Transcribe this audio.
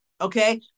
Okay